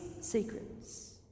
secrets